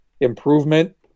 improvement